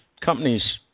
companies